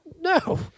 no